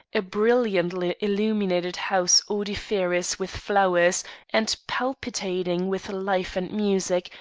a brilliantly illuminated house odoriferous with flowers and palpitating with life and music,